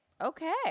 Okay